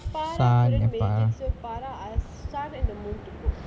farah couldn't make it so farah asked the sun and the moon to go